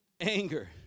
Anger